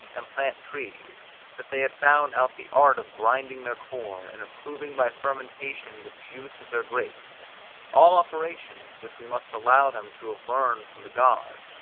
and plant trees that they had found out the art of grinding their corn, and improving by fermentation the juice of their grapes all operations which we must allow them to have learned from the gods,